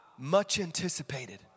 much-anticipated